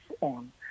on